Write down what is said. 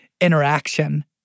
interaction